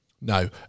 No